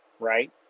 right